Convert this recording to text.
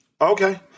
Okay